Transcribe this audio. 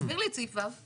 תסביר לי את סעיף ו'.